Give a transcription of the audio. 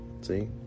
See